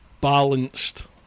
balanced